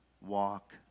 walk